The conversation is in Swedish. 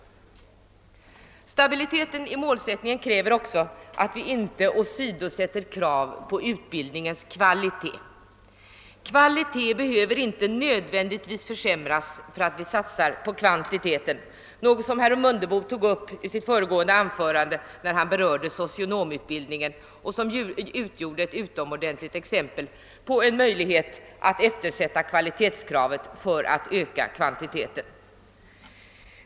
Stabiliteten i målsättningen kräver också att vi inte åsidosätter krav på utbildningens kvalitet. Kvaliteten behöver inte nödvändigtvis försämras för att vi satsar på kvantiteten, något som herr Mundebo tog upp i sitt föregående anförande när han berörde socionomutbildningen och som utgjorde ett utomordentligt exempel på möjligheten att eftersätta kvalitetskravet för att öka kvantiteten.